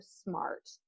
smart